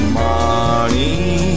money